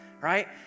right